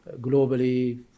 globally